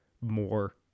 more